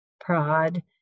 prod